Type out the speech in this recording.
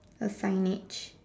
a signage